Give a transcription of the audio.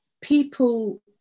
people